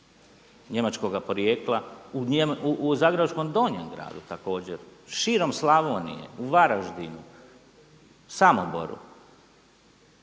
njemačkoga porijekla, u zagrebačkom Donjem gradu također, širom Slavonije, u Varaždinu, Samoboru.